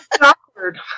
awkward